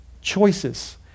choices